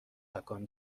تکان